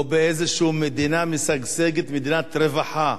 או באיזו מדינה משגשגת, מדינת רווחה.